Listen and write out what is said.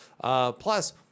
Plus